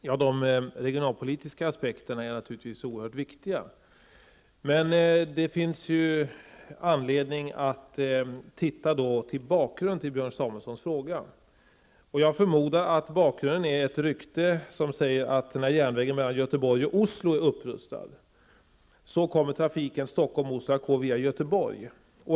Herr talman! De regionalpolitiska aspekterna är naturligtvis oerhört viktiga. Men det finns anledning att se på bakgrunden till Björn Samuelsons fråga. Jag förmodar att bakgrunden är ett rykte som säger att när järnvägen mellan Stockholm--Olso att gå via Göteborg.